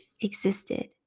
existed